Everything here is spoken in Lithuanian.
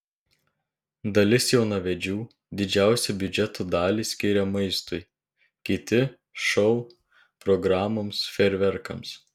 dalis jaunavedžių didžiausią biudžeto dalį skiria maistui kiti šou programoms fejerverkams